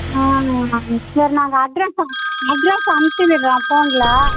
ஆ ஆ சரி நாங்கள் அட்ரெஸ் அனுப் அட்ரெஸ் அனுப்பிச்சி விடுறோம் ஃபோனில்